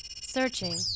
searching